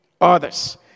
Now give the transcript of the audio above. others